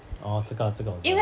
orh 这个啊这个我懂